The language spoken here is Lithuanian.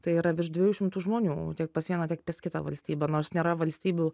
tai yra virš dviejų šimtų žmonių tiek pas vieną tiek pas kitą valstybę nors nėra valstybių